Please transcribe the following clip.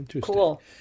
Cool